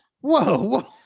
whoa